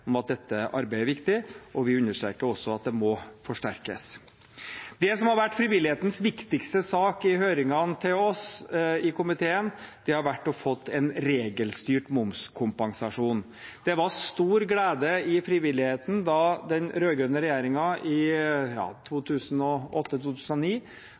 om at dette arbeidet er viktig, og vi understreker også at det må forsterkes. Det som har vært frivillighetens viktigste sak i høringene hos oss i komiteen, har vært å få en regelstyrt momskompensasjon. Det var stor glede i frivilligheten da den rød-grønne regjeringen i